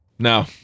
No